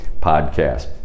podcast